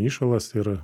įšalas ir